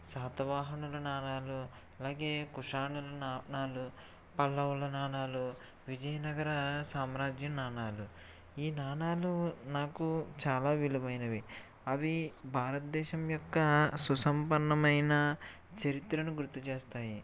శాతవాహనుల నాణాలు అలాగే కుషానుల నాణాలు పల్లవుల నాణాలు విజయనగర సామ్రాజ్యం నాణాలు ఈ నాణాలు నాకు చాలా విలువైనవి అవి భారతదేశం యొక్క సుసంపన్నమైన చరిత్రను గుర్తుచేస్తాయి